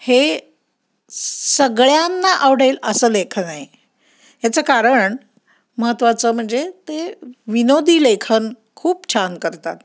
हे स सगळ्यांना आवडेल असं लेखन आहे ह्याचं कारण महत्वाचं म्हणजे ते विनोदी लेखन खूप छान करतात